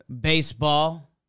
baseball